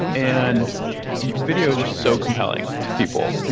and videos are so compelling to people.